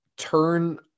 turn